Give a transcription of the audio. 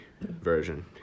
version